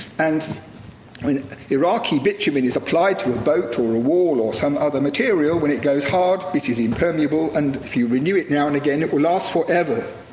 and when iraqi bitumen is applied to a boat or a wall or some other material, when it goes hard, it is impermeable, and if you renew it now and again, it will last forever.